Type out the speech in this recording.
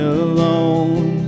alone